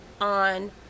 on